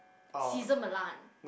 Cesar Millan